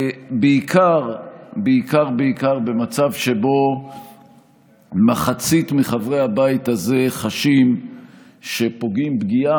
ובעיקר בעיקר במצב שבו מחצית מחברי הבית הזה חשים שפוגעים פגיעה